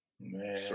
Man